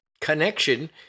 connection